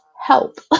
Help